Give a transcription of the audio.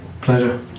Pleasure